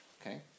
Okay